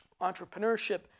entrepreneurship